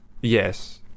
yes